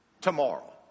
tomorrow